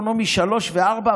במעמד סוציו-אקונומי 3 ו-4,